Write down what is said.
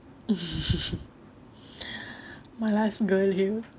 malas girl you